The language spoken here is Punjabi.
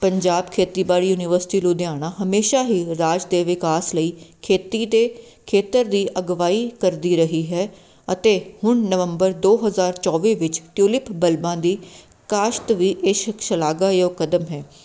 ਪੰਜਾਬ ਖੇਤੀਬਾੜੀ ਯੂਨੀਵਰਸਿਟੀ ਲੁਧਿਆਣਾ ਹਮੇਸ਼ਾ ਹੀ ਰਾਜ ਦੇ ਵਿਕਾਸ ਲਈ ਖੇਤੀ ਦੇ ਖੇਤਰ ਦੀ ਅਗਵਾਈ ਕਰਦੀ ਰਹੀ ਹੈ ਅਤੇ ਹੁਣ ਨਵੰਬਰ ਦੋ ਹਜ਼ਾਰ ਚੌਵੀ ਵਿੱਚ ਟਿਉਲਿਪ ਬਲਬਾਂ ਦੀ ਕਾਸ਼ਤ ਵੀ ਬੇਸ਼ਕ ਸ਼ਲਾਘਾਯੋਗ ਕਦਮ ਹੈ